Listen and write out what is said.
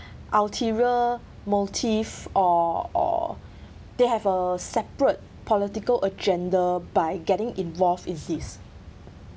ulterior motive or or they have a separate political agenda by getting involved in this